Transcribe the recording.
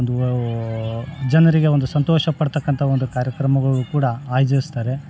ಆ ಒಂದು ಜನರಿಗೆ ಒಂದು ಸಂತೋಷ ಪಡ್ತಕ್ಕಂಥ ಒಂದು ಕಾರ್ಯಕ್ರಮಗಳು ಕೂಡ ಆಯೋಜಿಸ್ತಾರೆ